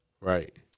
Right